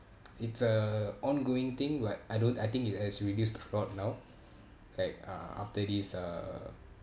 it's uh ongoing thing like I don't I think it has reduced a lot now like uh after this uh